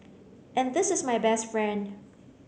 and this is my best friend